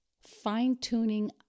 fine-tuning